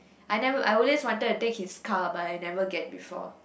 I never I always wanted to take his car but I never get before